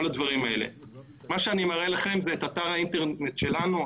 אני מראה לכם את אתר האינטרנט שלנו,